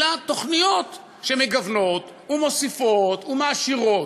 אלא תוכניות שמגוונות ומוסיפות ומעשירות.